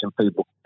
people